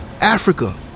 Africa